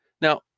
Now